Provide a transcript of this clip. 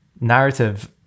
narrative